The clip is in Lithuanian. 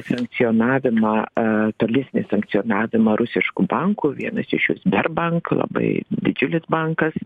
sankcionavimą tolesnį sankcionavimą rusiškų bankų vienas iš jų sber bank labai didžiulis bankas